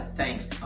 thanks